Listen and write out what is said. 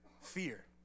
fear